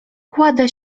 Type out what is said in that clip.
kładę